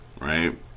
Right